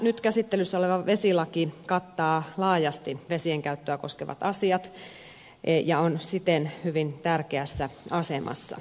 nyt käsittelyssä oleva vesilaki kattaa laajasti vesienkäyttöä koskevat asiat ja on siten hyvin tärkeässä asemassa